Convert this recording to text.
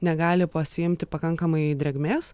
negali pasiimti pakankamai drėgmės